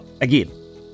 again